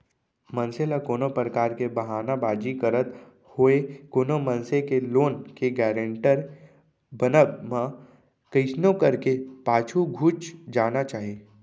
मनसे ल कोनो परकार के बहाना बाजी करत होय कोनो मनसे के लोन के गारेंटर बनब म कइसनो करके पाछू घुंच जाना चाही